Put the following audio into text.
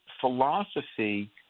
philosophy